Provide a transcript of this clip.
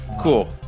cool